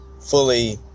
fully